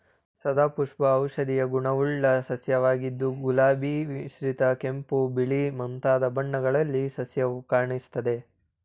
ಸದಾಪುಷ್ಪವು ಔಷಧೀಯ ಗುಣವುಳ್ಳ ಸಸ್ಯವಾಗಿದ್ದು ಗುಲಾಬಿ ಮಿಶ್ರಿತ ಕೆಂಪು ಬಿಳಿ ಮುಂತಾದ ಬಣ್ಣಗಳಲ್ಲಿ ಸಸ್ಯವು ಕಾಣಸಿಗ್ತದೆ